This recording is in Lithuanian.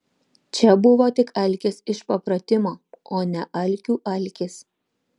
čia buvo tik alkis iš papratimo o ne alkių alkis